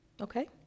Okay